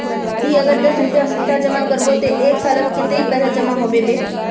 ती अगर दस रुपया सप्ताह जमा करबो ते एक सालोत कतेरी पैसा जमा होबे बे?